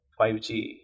5G